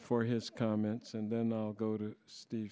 for his comments and then i'll go to